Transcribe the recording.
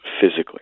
physically